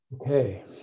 Okay